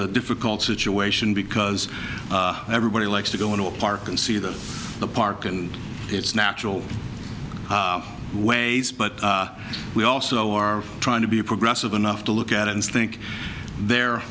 a difficult situation because everybody likes to go into a park and see that the park and its natural ways but we also are trying to be progressive enough to look at it and think the